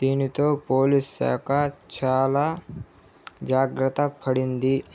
దీనితో పోలీసుశాఖ చాలా జాగ్రత్త పడింది